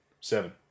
seven